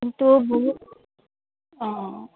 কিন্তু বহুত অঁ